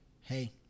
hey